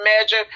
measure